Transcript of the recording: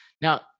Now